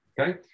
Okay